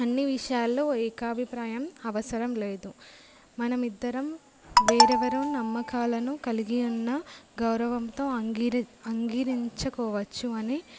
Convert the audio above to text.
అన్ని విషయాలలో ఏకాభిప్రాయం అవసరం లేదు మనం ఇద్దరం వేరు వేరు నమ్మకాలను కలిగి ఉన్న గౌరవంతో అంగీకరించవచ్చు అని